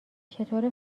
چطوره